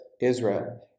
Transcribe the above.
Israel